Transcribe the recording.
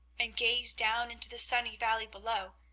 and gazed down into the sunny valley below,